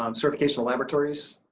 um certification of laboratories,